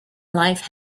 life